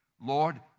Lord